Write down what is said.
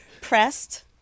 pressed